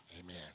Amen